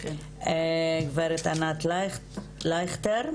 ענת לייכטר,